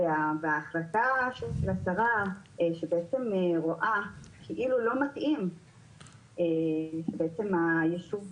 ההחלטה של השרה שבעצם רואה כאילו לא מתאים שבעצם היישוב